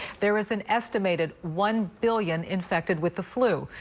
there's an estimated one billion infected with the flu.